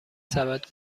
سبد